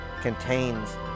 contains